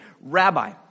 Rabbi